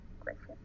question